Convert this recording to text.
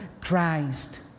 CHRIST